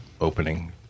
opening